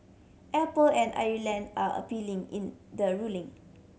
apple and Ireland are appealing in the ruling